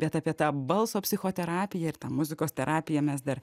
bet apie tą balso psichoterapiją ir tą muzikos terapiją mes dar